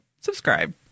Subscribe